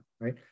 right